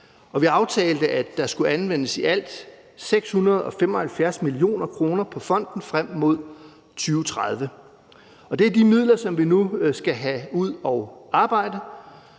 vi aftalte, at der i alt skal anvendes 675 mio. kr. i fonden frem mod 2030. Det er de midler, som vi nu skal have ud at arbejde.